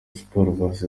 sports